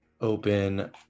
open